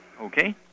Okay